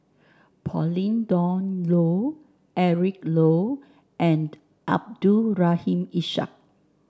Pauline Dawn Loh Eric Low and Abdul Rahim Ishak